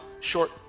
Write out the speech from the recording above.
short